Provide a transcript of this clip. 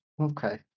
okay